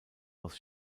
aus